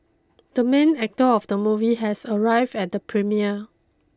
the main actor of the movie has arrived at the premiere